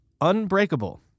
unbreakable